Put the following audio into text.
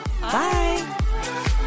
Bye